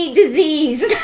disease